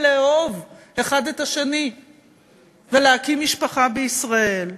לאהוב אחד את השני ולהקים משפחה בישראל,